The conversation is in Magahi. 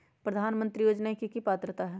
प्रधानमंत्री योजना के की की पात्रता है?